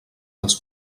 dels